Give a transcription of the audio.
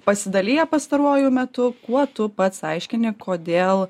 pasidaliję pastaruoju metu kuo tu pats aiškini kodėl